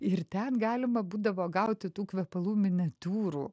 ir ten galima būdavo gauti tų kvepalų miniatiūrų